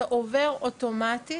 זה עובר אוטומטית,